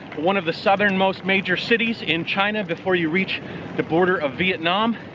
one of the southernmost major cities in china before you reach the border of vietnam.